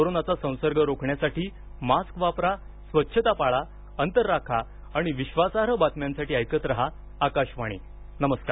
कोरोनाचा संसर्ग रोखण्यासाठी मास्क वापरा स्वच्छता पाळा अंतर राखा आणि विश्वासार्ह बातम्यांसाठी ऐकत रहा आकाशवाणी नमस्कार